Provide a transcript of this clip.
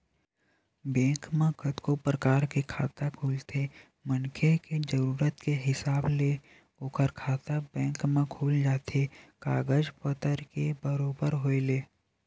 bank म कतको परकार के खाता खुलथे मनखे के जरुरत के हिसाब ले ओखर खाता बेंक म खुल जाथे कागज पतर के बरोबर होय ले